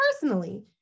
personally